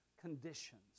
conditions